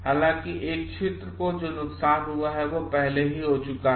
हालांकि एक क्षेत्र को जो नुकसान हुआ है वह पहले ही हो चुका है